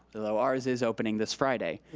though ours is opening this friday,